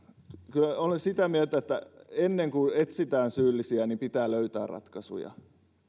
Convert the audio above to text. kyllä olen sitä mieltä että ennen kuin etsitään syyllisiä pitää löytää ratkaisuja